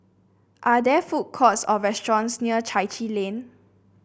are there food courts or restaurants near Chai Chee Lane